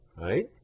right